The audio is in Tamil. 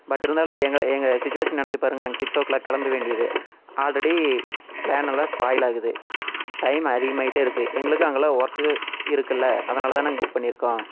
பட் இருந்தாலும் எங்கள் எங்கள் சுச்சிவேஷன் நெனச்சிப் பாருங்கள் நாங்கள் சிக்ஸ் ஓ க்ளாக் கிளம்ப வேண்டியது ஆல்ரெடி ப்ளான் எல்லாம் ஸ்பாயில் ஆகுது டைம் அதிமாயிட்டே இருக்கு எங்களுக்கும் அங்கேல்லாம் ஒர்க்கு இருக்குல்ல அதனால் தான் நாங்கள் புக் பண்ணிருக்கோம்